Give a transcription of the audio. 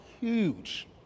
huge